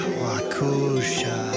wakusha